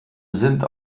sind